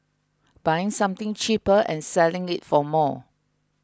buying something cheaper and selling it for more